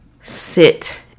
sit